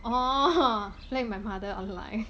orh play with my mother online